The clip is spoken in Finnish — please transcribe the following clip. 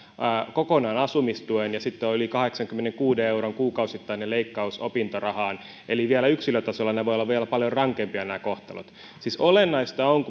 kokonaan asumistuen ja sitten on yli kahdeksankymmenenkuuden euron kuukausittainen leikkaus opintorahaan eli yksilötasolla nämä kohtalot voivat olla vielä paljon rankempia siis olennaista on